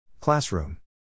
Classroom